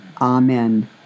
Amen